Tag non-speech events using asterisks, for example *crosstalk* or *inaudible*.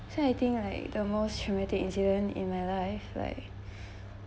so I think like the most traumatic incident in my life like *breath*